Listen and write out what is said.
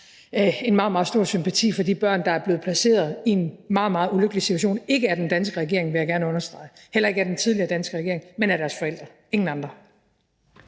meget stor sympati for de børn, der er blevet placeret i en meget, meget ulykkelig situation, ikke af den danske regering – vil jeg gerne understrege – og heller ikke af den tidligere danske regering, men af deres forældre, ingen andre.